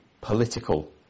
political